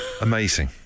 Amazing